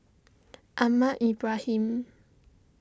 Ahmad Ibrahim